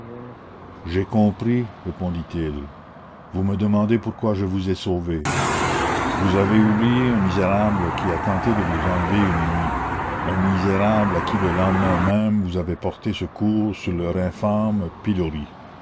j'ai compris répondit-il vous me demandez pourquoi je vous ai sauvée vous avez oublié un misérable qui a tenté de vous enlever une nuit un misérable à qui le lendemain même vous avez porté secours sur leur infâme pilori